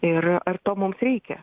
ir ar to mums reikia